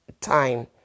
time